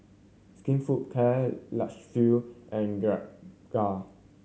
Skinfood Karl Lagerfeld and Gilera